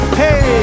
hey